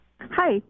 Hi